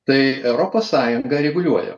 tai europos sąjunga reguliuoja